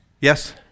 Yes